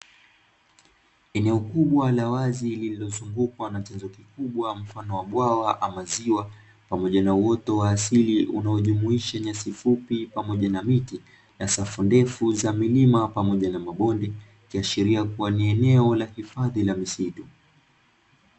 Eneo kubwa la wazi, lililozungukwa na chanzo kikubwa mfano wa bwawa ama ziwa pamoja na uoto wa asili unaojumuisha nyasi fupi pamoja na miti na safu ndefu za millima, pamoja na mabonde. Ikiashiria kuwa ni eneo la hifadhi la misitu.